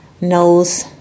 knows